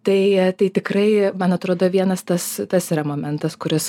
tai tai tikrai man atrodo vienas tas tas yra momentas kuris